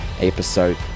episode